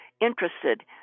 interested